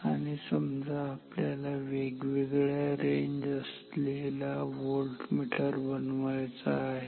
आणि समजा आपल्याला वेगवेगळ्या रेंज असलेला व्होल्टमीटर बनवायचा आहे